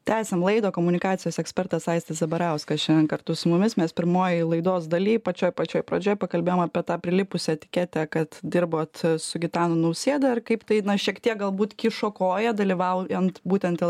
tęsiam laidą komunikacijos ekspertas aistis zabarauskas šiandien kartu su mumis mes pirmojoj laidos daly pačioj pačioj pradžioj pakalbėjom apie tą prilipusią etiketę kad dirbot su gitanu nausėda ir kaip tai šiek tiek galbūt kišo koją dalyvaujant būtent dėl